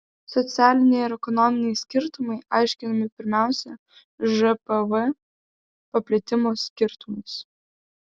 socialiniai ir ekonominiai skirtumai aiškinami pirmiausia žpv paplitimo skirtumais